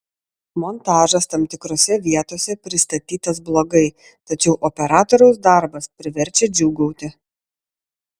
montažas tam tikrose vietose pristatytas blogai tačiau operatoriaus darbas priverčia džiūgauti